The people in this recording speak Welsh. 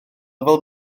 fel